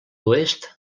oest